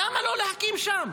למה לא להקים שם?